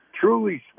truly